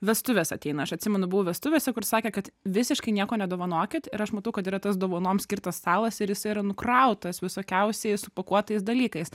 vestuves ateina aš atsimenu buvau vestuvėse kur sakė kad visiškai nieko nedovanokit ir aš matau kad yra tas dovanoms skirtas stalas ir jisai yra nukrautas visokiausiais supakuotais dalykais